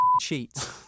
cheat